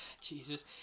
Jesus